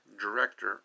director